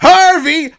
Harvey